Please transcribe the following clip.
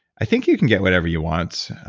i think you can get whatever you want.